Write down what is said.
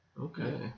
Okay